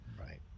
Right